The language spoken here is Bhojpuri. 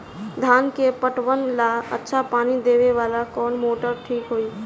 धान के पटवन ला अच्छा पानी देवे वाला कवन मोटर ठीक होई?